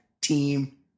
team